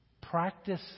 Practice